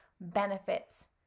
benefits